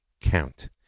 count